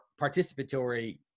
participatory